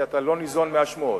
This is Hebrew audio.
ואתה לא ניזון מהשמועות.